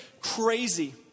crazy